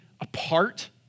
apart